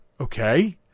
okay